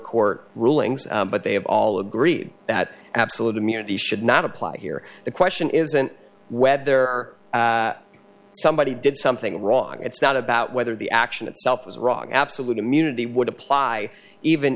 court rulings but they have all agreed that absolute immunity should not apply here the question isn't whether somebody did something wrong it's not about whether the action itself was wrong absolute immunity would apply even